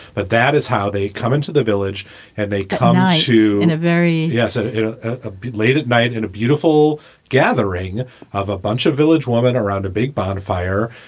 but that is how they come into the village and they come i who in a very yes, it's a bit late at night and a beautiful gathering of a bunch of village woman around a big bonfire.